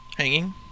Hanging